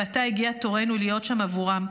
ועתה הגיע תורנו להיות שם עבורם.